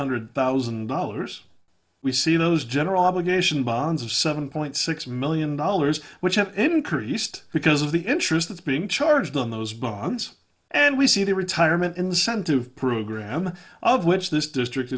hundred thousand dollars we see those general obligation bonds of seven point six million dollars which have increased because of the interest is being charged on those bonds and we see the retirement incentive program of which this district